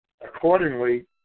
accordingly